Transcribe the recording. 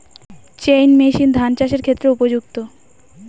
Chain machine ধান চাষের ক্ষেত্রে উপযুক্ত?